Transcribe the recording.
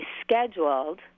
scheduled